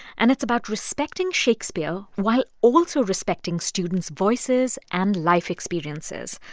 and it's about respecting shakespeare while also respecting students' voices and life experiences.